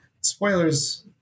spoilers